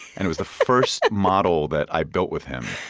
and it was the first model that i built with him.